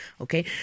Okay